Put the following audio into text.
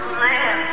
live